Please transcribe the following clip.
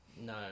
no